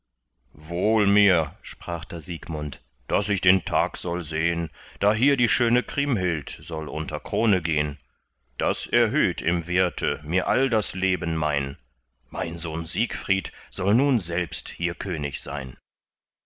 wohl mir sprach da siegmund daß ich den tag soll sehn da hier die schöne kriemhild soll unter krone gehn das erhöht im werte mir all das erbe mein mein sohn siegfried soll nun selbst hier könig sein